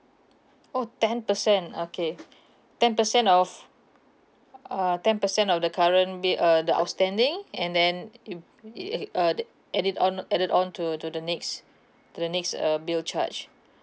oh ten percent okay ten percent of uh ten percent of the current bi~ uh the outstanding and then it it uh the add it on added on to to the next to the next uh bill charge